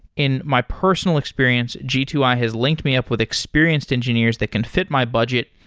in my personal experience, g two i has linked me up with experienced engineers that can fit my budget,